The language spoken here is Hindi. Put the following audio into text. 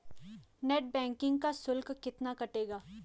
नेट बैंकिंग का शुल्क कितना कटेगा?